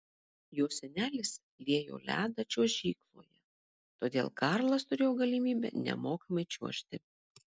jo senelis liejo ledą čiuožykloje todėl karlas turėjo galimybę nemokamai čiuožti